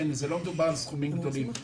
לא מדובר על סכומים גדולים.